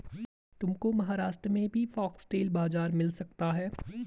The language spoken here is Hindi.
तुमको महाराष्ट्र में भी फॉक्सटेल बाजरा मिल सकता है